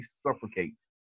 suffocates